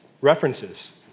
references